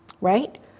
Right